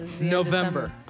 November